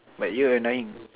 but you annoying